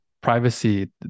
privacy